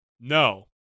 No